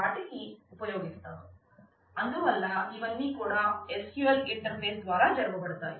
table instances ద్వారా జరుగుతాయి